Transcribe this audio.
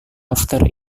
after